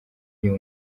iyo